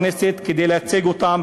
לכנסת,